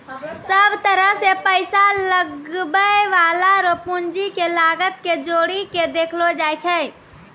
सब तरह से पैसा लगबै वाला रो पूंजी के लागत के जोड़ी के देखलो जाय छै